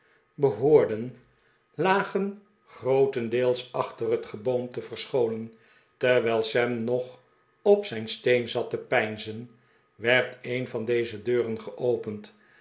behoorden lagen grootendeels achter het geboomte verscholen terwijl sam nog op zijn steen zat te peinzen werd een van deze deuren geopend